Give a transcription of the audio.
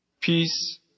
Peace